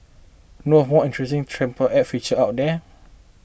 know of more interesting transport app features out there